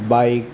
bike